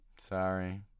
Sorry